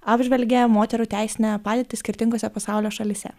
apžvelgia moterų teisinę padėtį skirtingose pasaulio šalyse